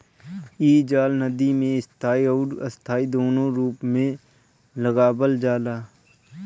इ जाल नदी में स्थाई अउरी अस्थाई दूनो रूप में लगावल जाला